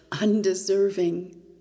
undeserving